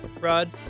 Rod